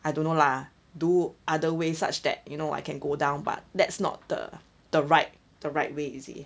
I don't know lah do other way such that you know I can go down but that's not the the right the right way you see